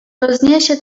rozniesie